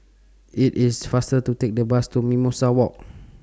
IT IS faster to Take The Bus to Mimosa Walk